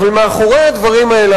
אבל מאחורי הדברים האלה,